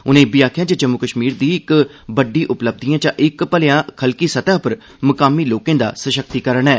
उनें इब्बी आखेआ जे जम्मू कश्मीर दी इक बड्डी उपलब्धिएं चा इक भलेआं खलकी सतह उप्पर मुकामी लोकें दा सशक्तिकरण ऐ